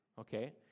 okay